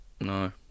No